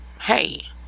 hey